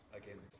again